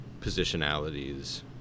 positionalities